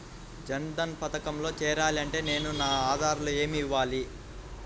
జన్ధన్ పథకంలో చేరాలి అంటే నేను నా ఆధారాలు ఏమి ఇవ్వాలి?